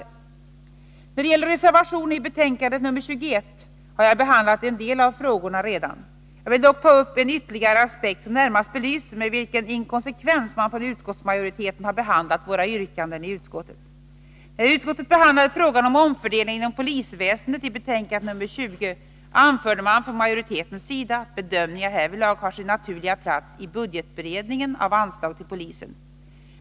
När det gäller reservationen i betänkande nr 21 har jag redan behandlat en del av de frågorna. Jag vill dock ta upp en ytterligare aspekt, som närmast belyser med vilken inkonsekvens utskottsmajoriteten har behandlat våra yrkanden i utskottet. När utskottet behandlade frågan om omfördelningar inom polisväsendet i betänkande nr 20 anförde man från majoritetens sida att bedömningar härvidlag har sin naturliga plats i budgetberedningen av anslagen till polisen.